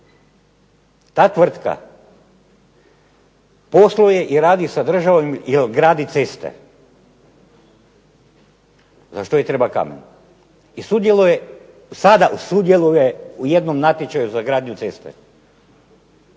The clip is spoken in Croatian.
Ta tvrtka posluje i radi sa državom jer gradi ceste. Za što joj treba kamen i sada sudjeluje u jednom natječaju za gradnju ceste.